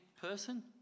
person